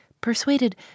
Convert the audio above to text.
persuaded